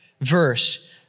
verse